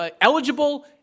eligible